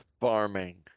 farming